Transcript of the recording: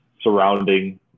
surrounding